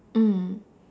mm